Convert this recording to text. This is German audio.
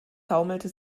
taumelte